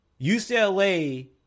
UCLA